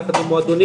יחד עם מועדונים,